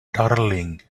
darling